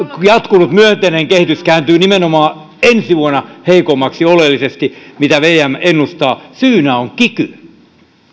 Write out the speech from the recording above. jatkunut myönteinen kehitys kääntyy nimenomaan ensi vuonna oleellisesti heikommaksi kuin vm ennustaa syynä on kiky